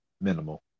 minimal